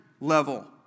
level